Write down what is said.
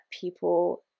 people